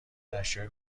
اشیاء